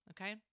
Okay